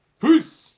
Peace